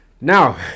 Now